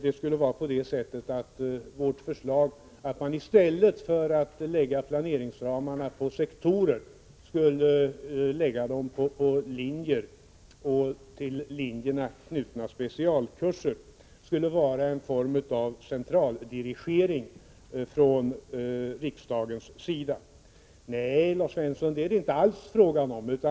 Om vårt förslag att man i stället för att lägga planeringsramarna på sektorer skulle lägga dem på linjer och till linjerna knutna specialkurser säger Lars Svensson att det skulle vara en form av centraldirigering från riksdagens sida. Nej, Lars Svensson, det är det inte alls.